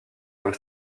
comme